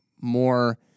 more –